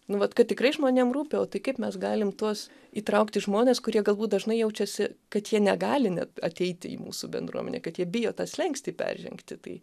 nu vat kad tikrai žmonėm rūpi o tai kaip mes galim tuos įtraukti žmones kurie galbūt dažnai jaučiasi kad jie negali net ateiti į mūsų bendruomenę kad jie bijo tą slenkstį peržengti tai